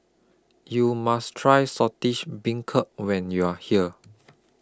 YOU must Try Saltish Beancurd when YOU Are here